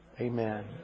Amen